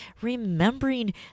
remembering